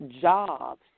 jobs